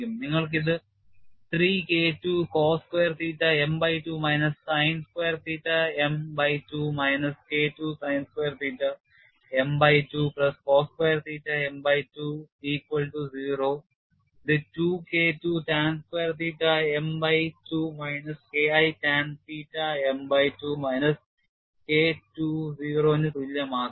നിങ്ങൾക്ക് ഇത് 3 K II cos square theta m by 2 minus sin square theta m by 2 minus K II sin square theta m by 2 plus cos square theta m by 2 equal to 0 ഇത് 2 K II tan square theta m by 2 minus K I tan theta m by 2 minus K II 0 ന് തുല്യമാക്കാം